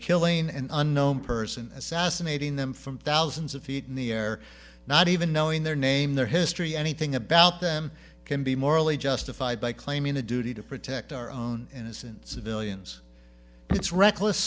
killing an unknown person assassinating them from thousands of feet in the air not even knowing their name their history anything about them can be morally justified by claiming a duty to protect our own innocent civilians it's reckless